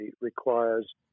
requires